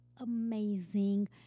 amazing